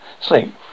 sleep